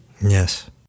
Yes